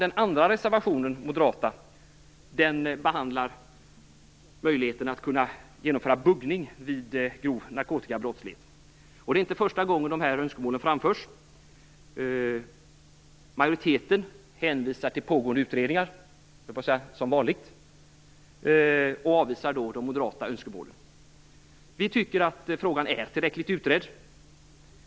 Den andra moderata reservationen behandlar möjligheten att genomföra buggning vid grov narkotikabrottslighet. Det är inte första gången dessa önskemål framförs. Majoriteten hänvisar till pågående utredningar - som vanligt, höll jag på att säga - och avvisar de moderata önskemålen. Vi tycker att frågan är tillräckligt utredd.